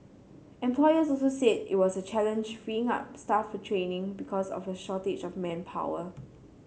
employers also said it was a challenge freeing up staff for training because of a shortage of manpower